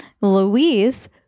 louise